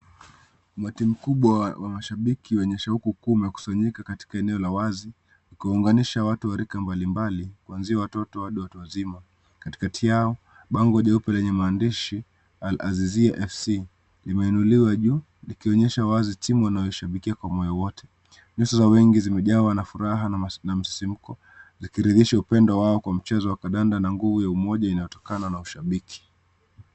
Matimu kubwa wa mashabiki wenye shauku kumekusanyika katika eneo la wazi kuunganisha watu wa rika mbalimbali kwanzia watoto hadi watu wazima katikati yao bango jeupe lenye maandishi Alalzizi FC imeinuliwa juu likionyesha wazi timu wanaoshabikia kwa moyo wote, nyuso za wengi zimejawa na furaha na msisimko likiridirisha upendo wao kwa mchezo wa kandanda na nguvu ya umoja inayotokana na ushabiki.